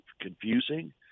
confusing